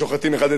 מוסלמים,